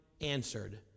answered